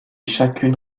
chacune